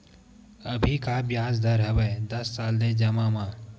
अभी का ब्याज दर हवे दस साल ले जमा मा?